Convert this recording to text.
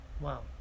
Wow